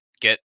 get